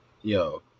Yo